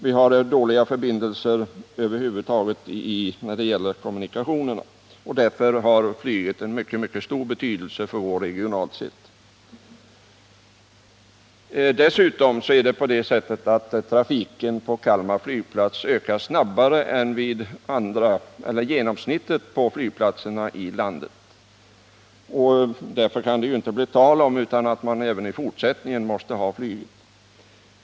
Vi har dåliga kommunikationer över huvud taget, och därför har flyget mycket stor betydelse för oss regionalt sett. Dessutom ökar trafiken på Kalmar flygplats snabbare än vad som är genomsnittligt på flygplatserna i landet. Därför kan det inte bli tal om annat än att man även i fortsättningen måste ha flyg.